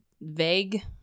vague